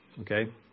Okay